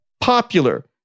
popular